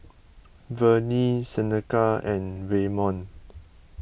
Vernie Seneca and Waymon